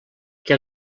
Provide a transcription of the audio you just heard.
què